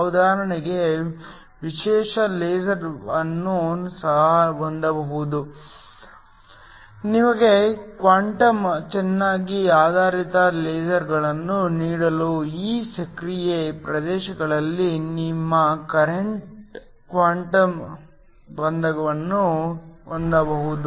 ಉದಾಹರಣೆಗೆ ವಿಶೇಷ ಲೇಸರ್ ಅನ್ನು ಸಹ ಹೊಂದಬಹುದು ನಿಮಗೆ ಕ್ವಾಂಟಮ್ ಚೆನ್ನಾಗಿ ಆಧಾರಿತ ಲೇಸರ್ಗಳನ್ನು ನೀಡಲು ಈ ಸಕ್ರಿಯ ಪ್ರದೇಶಗಳಲ್ಲಿ ನೀವು ಕ್ವಾಂಟಮ್ ಬಂಧನವನ್ನು ಹೊಂದಬಹುದು